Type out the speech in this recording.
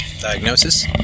diagnosis